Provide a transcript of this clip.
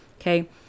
Okay